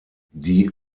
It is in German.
die